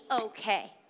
okay